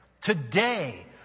today